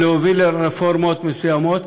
או להוביל לרפורמות מסוימות,